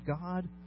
God